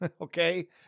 okay